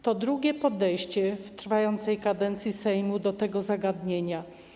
To drugie podejście w trwającej kadencji Sejmu do tego zagadnienia.